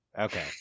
Okay